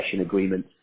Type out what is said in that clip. agreement